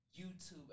YouTube